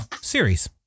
series